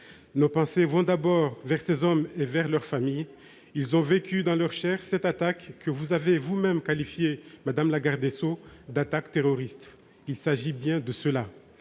Nos pensées vont d'abord vers ces hommes et vers leurs familles. Ils ont vécu dans leur chair cette attaque que vous avez vous-même qualifiée, madame la garde des sceaux, de terroriste. Et il s'agit bien de cela